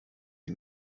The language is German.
ihn